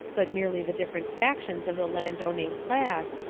but merely the different factions of the land-owning class,